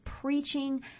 preaching